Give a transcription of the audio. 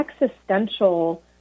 existential